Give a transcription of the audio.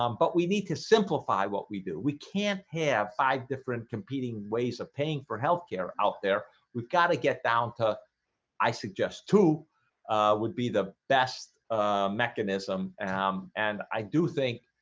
um but we need to simplify what we do. we can't have five different competing ways of paying for health care out there we've got to get down to i suggest two would be the best mechanism um and i do think